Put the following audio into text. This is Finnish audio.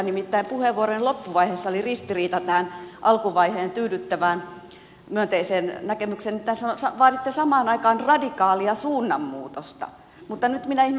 nimittäin puheenvuoron loppuvaiheessa oli ristiriita tämän alkuvaiheen tyydyttävän myönteisen näkemyksen kanssa kun vaaditte samaan aikaan radikaalia suunnanmuutosta mutta nyt minä ihmettelen että minne